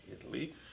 Italy